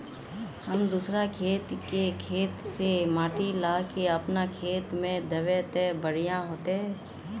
हम दूसरा के खेत से माटी ला के अपन खेत में दबे ते बढ़िया होते?